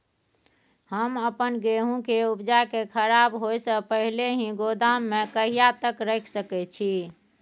हम अपन गेहूं के उपजा के खराब होय से पहिले ही गोदाम में कहिया तक रख सके छी?